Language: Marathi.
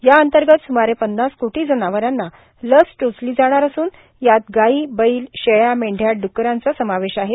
या अंतर्गत स्मारे पन्नास कोटी जनावरांना लस टोचली जाणार असुन यात गायी बैल शेळ्या मेंढ्या ड्क्करांचा समावेश आहे